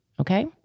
Okay